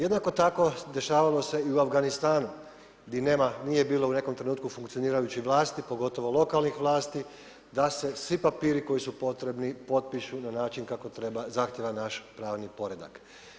Jednako tako, dešavalo se i u Afganistanu, gdje nije bilo u nekom trenutku funkcionirajući vlasti, pogotovo lokalnih vlasti, da se svi papiri koji su potrebni potpišu na način kako treba, zahtjeva naš pravni poredak.